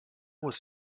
was